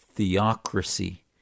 theocracy